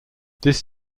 this